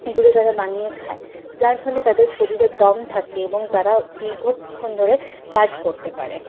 এগুলো তারা বানিয়ে খায় যার ফলে তাদের শরীরের দম থাকে এবং তারা দীর্ঘক্ষণ ধরে কাজ করতে পারে